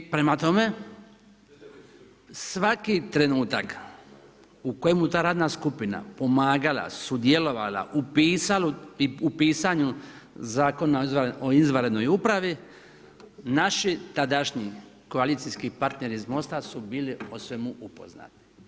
Prema tome, svaki trenutak u kojima ta radna skupina, pomagala sudjelovala u pisanju Zakona o izvanrednoj upravi, naši tadašnji koalicijski partneri iz Mosta su bili o svemu upoznati.